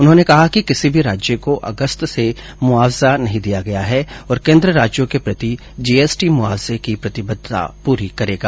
उन्होंने कहा कि किसी भी राज्य को अगस्त से मुआवजा नहीं दिया गया है और केन्द्र राज्यों के प्रति जीएसटी मुआवजे की प्रतिबद्धता पूरी करेगा